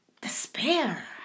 despair